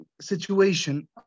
situation